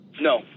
No